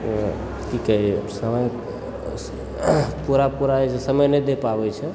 की कही समय पूरा पूरा समय नहि दे पाबय छै जाहि कारण